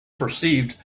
perceived